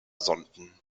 sonden